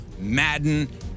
Madden